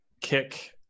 kick